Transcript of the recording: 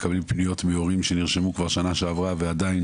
מקבלים פניות מהורים שנרשמו שנה שעברה ועדיין